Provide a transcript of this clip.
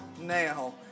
now